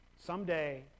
Someday